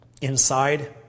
inside